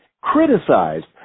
criticized